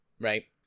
Right